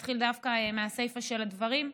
ואתחיל דווקא מהסיפא של הדברים.